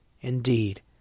Indeed